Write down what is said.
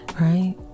right